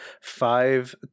Five